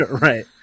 Right